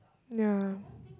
ya